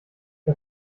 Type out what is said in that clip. der